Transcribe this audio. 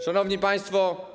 Szanowni Państwo!